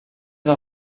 del